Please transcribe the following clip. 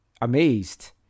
amazed